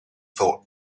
thought